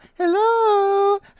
hello